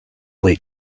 late